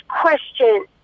question